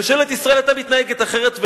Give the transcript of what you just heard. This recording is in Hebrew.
ממשלת ישראל היתה מתנהגת אחרת,